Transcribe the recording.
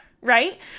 Right